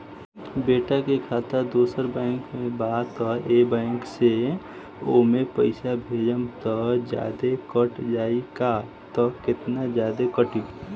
बेटा के खाता दोसर बैंक में बा त ए बैंक से ओमे पैसा भेजम त जादे कट जायी का त केतना जादे कटी?